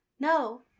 No